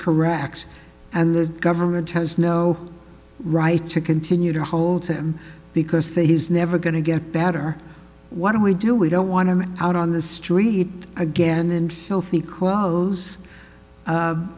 correct and the government has no right to continue to hold him because they he's never going to get better what do we do we don't want him out on the street again